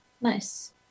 nice